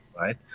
right